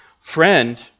Friend